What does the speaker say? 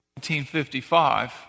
1955